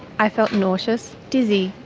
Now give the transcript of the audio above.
i felt nauseous, dizzy,